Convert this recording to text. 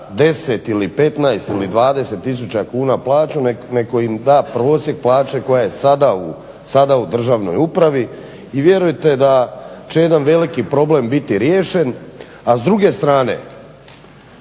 10 ili 15 ili 20 tisuća kuna plaće nego im da prosjek plaće koja je sada u državnoj upravi i vjerujte da će jedan veliki problem biti riješen. A s druge strane,